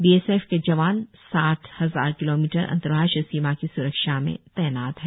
BSF के जवान साठ हजार किलोमीटर अंतर्राष्ट्रीय सीमा की सुरक्षा में तैनात हैं